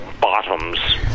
bottoms